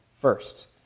first